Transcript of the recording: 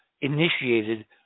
initiated